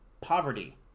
poverty